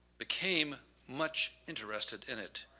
became much interested in it.